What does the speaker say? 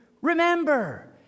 remember